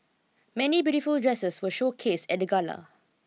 many beautiful dresses were showcase at the Gala